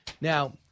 Now-